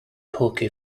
hockey